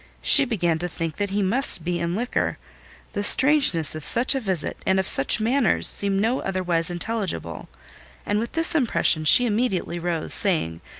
she began to think that he must be in liquor the strangeness of such a visit, and of such manners, seemed no otherwise intelligible and with this impression she immediately rose, saying,